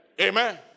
Amen